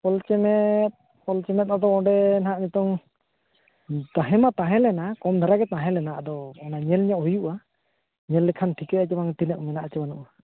ᱚᱞ ᱪᱮᱢᱮᱫ ᱚᱞ ᱪᱮᱢᱮᱫ ᱟᱫᱚ ᱚᱸᱰᱮ ᱱᱟᱦᱟᱜ ᱱᱤᱛᱚᱝ ᱛᱟᱦᱮᱸ ᱢᱟ ᱛᱟᱦᱮᱸ ᱞᱮᱱᱟ ᱠᱚᱢ ᱫᱷᱟᱨᱟ ᱜᱮ ᱛᱟᱦᱮᱸ ᱞᱮᱱᱟ ᱟᱫᱚ ᱚᱱᱟ ᱧᱮᱞ ᱧᱚᱜ ᱦᱩᱭᱩᱜᱼᱟ ᱧᱮᱞ ᱞᱮᱠᱷᱟᱱ ᱴᱷᱤᱠᱟᱹᱜᱼᱟ ᱡᱮ ᱵᱟᱝ ᱛᱤᱱᱟᱹᱜ ᱢᱮᱱᱟᱜᱼᱟ ᱥᱮ ᱵᱟᱹᱱᱩᱜᱼᱟ